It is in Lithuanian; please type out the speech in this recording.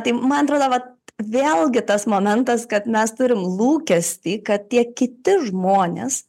tai man atrodo vat vėlgi tas momentas kad mes turim lūkestį kad tie kiti žmonės